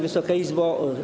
Wysoka Izbo!